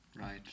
Right